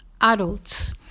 adults